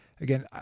Again